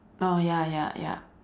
oh ya ya ya